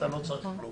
שאתה לא צריך כלום.